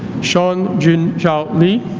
shawn jun zhao lee